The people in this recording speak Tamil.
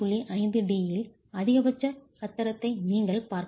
5 d இல் அதிகபட்ச கத்தரத்தை நீங்கள் பார்க்கலாம்